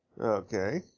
Okay